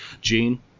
Gene